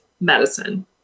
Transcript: medicine